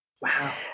Wow